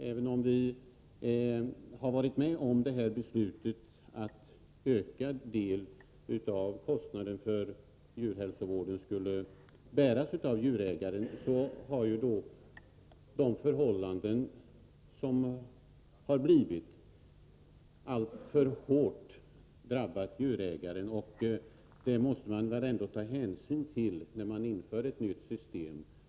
Även om vi har varit med om beslutet att en ökad del av kostnaden för djurhälsovården skulle bäras av djurägaren, anser vi att de förhållanden som har uppstått alltför hårt har drabbats djurägarna. Det måste man väl ändå ta hänsyn till när man inför ett nytt system.